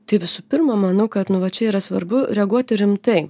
tai visų pirma manau kad nu vat čia yra svarbu reaguoti rimtai